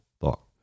thought